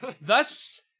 Thus